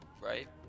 right